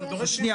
זה לוקח קצת זמן.